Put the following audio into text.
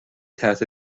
تحت